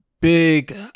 big